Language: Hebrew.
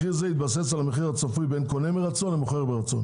מחיר זה יתבסס על המחיר הצפוי בין קונה מרצון למוכר ברצון